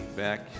Back